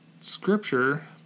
scripture